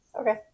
Okay